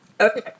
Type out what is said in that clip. okay